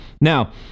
now